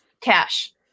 cash